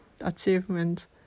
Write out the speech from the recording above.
achievement